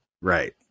Right